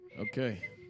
Okay